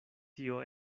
tio